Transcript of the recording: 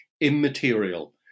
immaterial